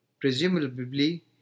presumably